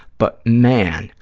but, man,